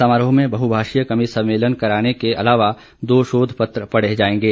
समारोह में बहुभाषीय कवि सम्मेलन कराने के अलावा दो शोधपत्र पढ़े जाएंगे